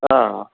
हा